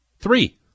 three